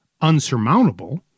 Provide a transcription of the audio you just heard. unsurmountable